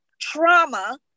trauma